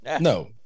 No